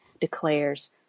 declares